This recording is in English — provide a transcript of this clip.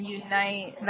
unite